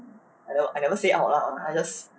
I know I never say out lah I just